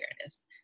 awareness